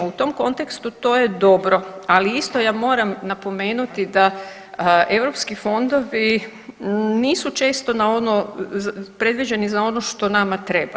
U tom kontekstu to je dobro, ali isto ja moram napomenuti da europski fondovi nisu često na ono, predviđeni za ono što nama treba.